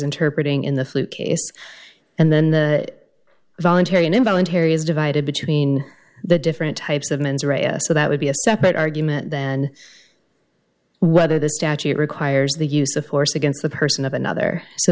interpreting in the fleet case and then the voluntary and involuntary is divided between the different types of mens rea so that would be a separate argument than whether the statute requires the use of force against the person of another so